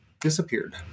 disappeared